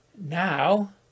Now